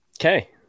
Okay